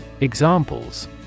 Examples